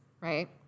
right